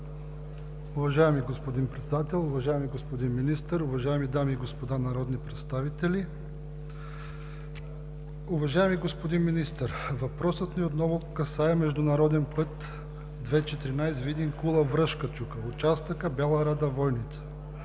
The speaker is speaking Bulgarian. Уважаеми господин Председател, уважаеми господин Министър, уважаеми дами и господа народни представители! Уважаеми господин Министър, въпросът ни отново касае международен път II-14 Видин – Кула – Връшка чука – участъкът Бяла Рада – Войница.